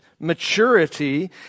Maturity